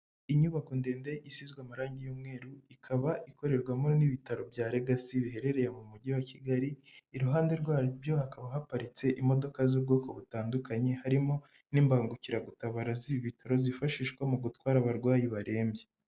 Inyubako ndende isizwe amarange y'mweru ikaba ikorerwamo n'ibitaro bya Legasi biherereye mu mujyi wa Kigali; iruhande rwabyo hakaba haparitse imodoka z'ubwoko butandukanye, harimo n'imbangukiragutabara z'ibitaro zifashishwa mu gutwara abarwayi barembye.